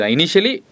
Initially